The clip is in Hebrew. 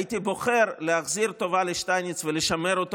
הייתי בוחר להחזיר טובה לשטייניץ ולשמר אותו